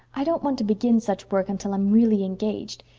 i don't want to begin such work until i'm really engaged.